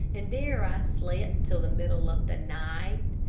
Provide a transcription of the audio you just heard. and there i slept till the middle of the night.